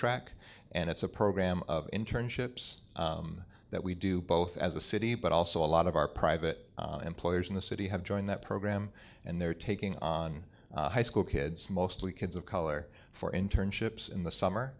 track and it's a program internships that we do both as a city but also a lot of our private employers in the city have joined that program and they're taking on high school kids mostly kids of color for internships in the summer